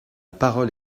parole